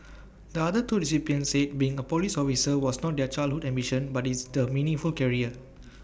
the other two recipients said being A Police officer was not their childhood ambition but it's the meaningful career